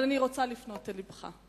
אבל אני רוצה לפנות אל לבך.